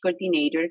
coordinator